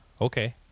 okay